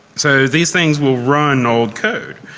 so these things will run old code.